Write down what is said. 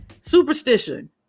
superstition